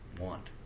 want